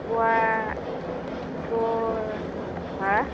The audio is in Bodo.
एम्फौआथ' मा